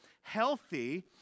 healthy